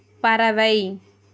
பறவை